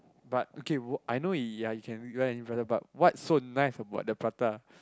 but okay what I know ya you can go eat prata but what's so nice about the prata